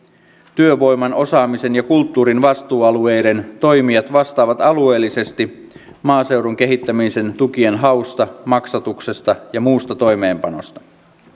työvoiman osaamisen ja kulttuurin vastuualueiden toimijat vastaavat alueellisesti maaseudun kehittämisen tukien hausta maksatuksesta ja muusta toimeenpanosta